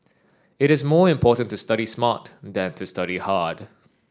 it is more important to study smart than to study hard